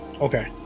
Okay